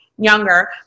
younger